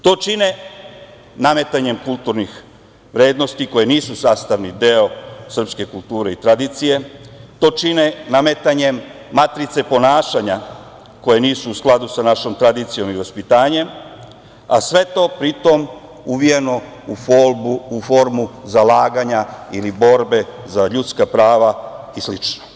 To čine nametanjem kulturnih vrednosti koje nisu sastavni deo srpske kulture i tradicije, to čine nametanjem matrice ponašanja koja nisu u skladu sa našom tradicijom i vaspitanjem, a sve to pritom uvijeno u formu zalaganja ili borbe za ljudska prava i slično.